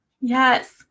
yes